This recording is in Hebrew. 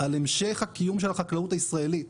על המשך הקיום של החקלאות הישראלית.